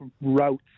routes